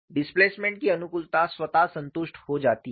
displacement की अनुकूलता स्वतः संतुष्ट हो जाती है